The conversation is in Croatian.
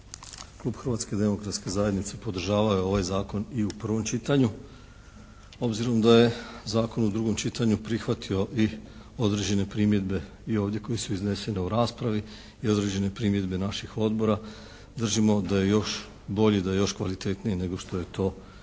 Klub Hrvatske demokratske zajednice podržavao je ovaj Zakon i u prvom čitanju obzirom da je zakon u drugom čitanju prihvatio i određene primjedbe i ovdje koje su iznesene u raspravi i određene primjedbe naših odbora držimo da je još bolji, da je još kvalitetniji nego što je to bio